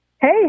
Hey